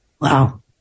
Wow